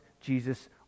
Jesus